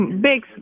big